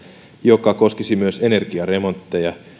joka koskisi myös energiaremontteja